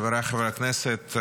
חבריי חברי הכנסת,